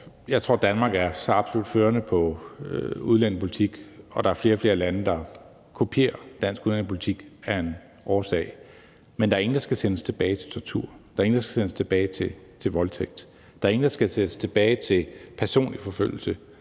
jeg tror, at Danmark er så absolut førende på udlændingepolitikken, og at der er en årsag til, at flere og flere lande kopierer dansk udlændingepolitik. Men der er ingen, der skal sendes tilbage til tortur; der er ingen, der skal sendes tilbage til voldtægt; der er ingen, der skal sendes tilbage til personlig forfølgelse.